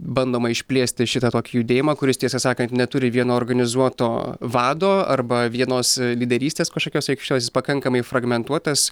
bandoma išplėsti šitą tokį judėjimą kuris tiesą sakant neturi vieno organizuoto vado arba vienos lyderystės kažkokios aiškios pakankamai fragmentuotas